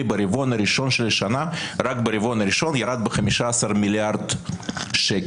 ירד ברבעון הראשון של השנה ב-15 מיליארדי שקלים.